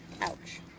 Ouch